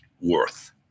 Worth